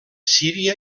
síria